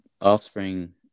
offspring